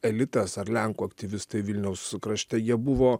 elitas ar lenkų aktyvistai vilniaus krašte jie buvo